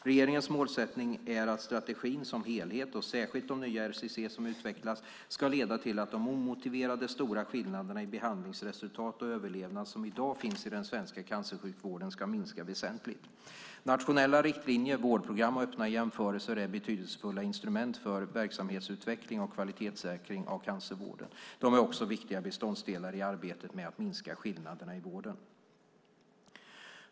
Regeringens målsättning är att strategin som helhet, och särskilt de nya RCC som utvecklas, ska leda till att de omotiverade stora skillnader i behandlingsresultat och överlevnad som i dag finns i den svenska cancersjukvården ska minska väsentligt. Nationella riktlinjer, vårdprogram och öppna jämförelser är betydelsefulla instrument för verksamhetsutveckling och kvalitetssäkring av cancervården. De är också viktiga beståndsdelar i arbetet med att minska skillnaderna i vården.